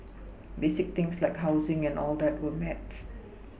basic things like housing and all that were met